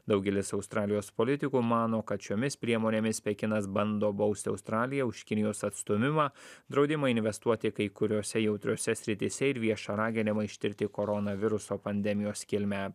daugelis australijos politikų mano kad šiomis priemonėmis pekinas bando bausti australiją už kinijos atstūmimą draudimą investuoti kai kuriose jautriose srityse ir viešą raginimą ištirti koronaviruso pandemijos kilmę